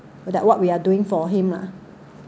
but that what we are doing for him ah